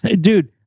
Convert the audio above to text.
dude